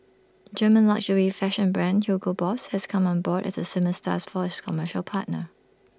German luxury fashion brand Hugo boss has come on board as the swimming star's first commercial partner